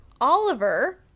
Oliver